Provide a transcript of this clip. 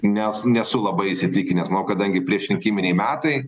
nes nesu labai įsitikinęs kadangi priešrinkiminiai metai